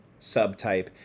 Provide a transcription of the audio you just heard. subtype